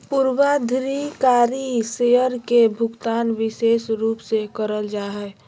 पूर्वाधिकारी शेयर के भुगतान विशेष रूप से करल जा हय